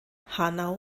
hanau